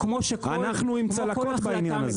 אנחנו עם צלקות בעניין הזה.